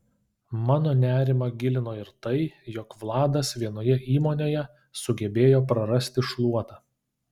mano nerimą gilino ir tai jog vladas vienoje įmonėje sugebėjo prarasti šluotą